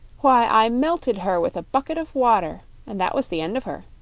why, i melted her with a bucket of water, and that was the end of her,